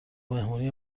مهمونی